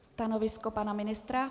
Stanovisko pana ministra?